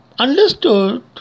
understood